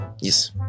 Yes